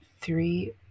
three